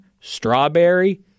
strawberry